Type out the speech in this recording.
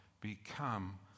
Become